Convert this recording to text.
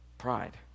Pride